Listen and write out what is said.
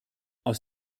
aus